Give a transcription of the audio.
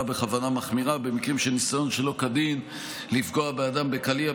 בכוונה מחמירה במקרים של ניסיון שלא כדין לפגוע באדם בקליע,